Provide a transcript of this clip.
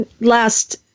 last